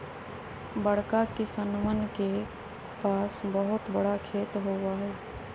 बड़का किसनवन के पास बहुत बड़ा खेत होबा हई